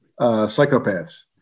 psychopaths